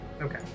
Okay